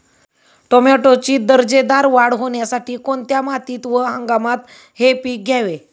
टोमॅटोची दर्जेदार वाढ होण्यासाठी कोणत्या मातीत व हंगामात हे पीक घ्यावे?